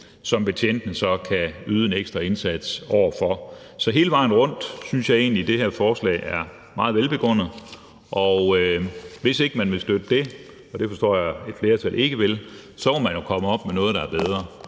som betjentene altså så kan yde en ekstra indsats over for. Så hele vejen rundt synes jeg egentlig, at det her forslag er meget velbegrundet. Og hvis ikke man vil støtte det – og det forstår jeg at et flertal ikke vil – må man jo komme op med noget, der er bedre.